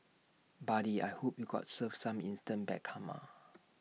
buddy I hope you got served some instant bad karma